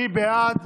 מי בעד?